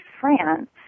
France